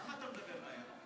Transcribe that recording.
למה אתה מדבר מהר?